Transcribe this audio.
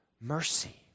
mercy